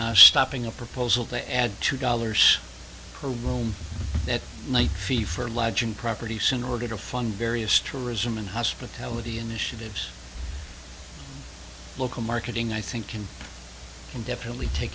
in stopping a proposal to add two dollars a room that night fee for lodging property sin order to fund various tourism and hospitality initiatives local marketing i think can definitely take